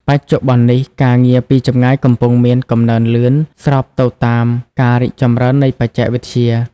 បច្ចុប្បន្ននេះ ការងារពីចម្ងាយកំពុងមាន កំណើនលឿន ស្របទៅតាមការរីកចម្រើននៃបច្ចេកវិទ្យា។